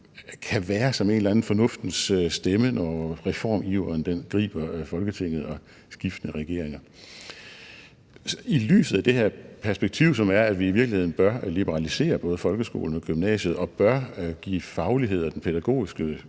kan være sådan en eller anden fornuftens stemme, når reformiveren griber Folketinget og skiftende regeringer. I lyset af det her perspektiv, som er, at vi i virkeligheden bør liberalisere både folkeskolen og gymnasiet og bør give faglighed og den pædagogiske